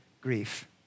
grief